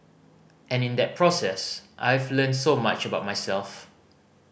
and in that process I've learnt so much about myself